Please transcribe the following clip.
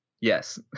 yes